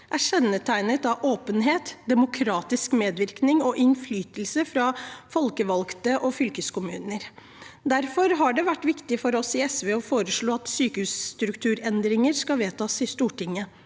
er kjennetegnet av åpenhet, demokratisk medvirkning og innflytelse fra folkevalgte og fylkeskommuner. Derfor har det vært viktig for oss i SV å foreslå at sykehusstrukturendringer skal vedtas i Stortinget.